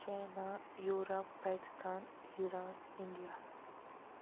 China Europe Pakistan Iran India